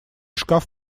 шкаф